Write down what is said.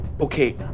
okay